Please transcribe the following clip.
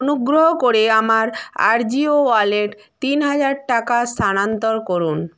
অনুগ্রহ করে আমার আজিও ওয়ালেট তিন হাজার টাকা স্থানান্তর করুন